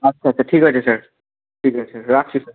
আচ্ছা আচ্ছা ঠিক আছে স্যার ঠিক আছে রাখছি স্যার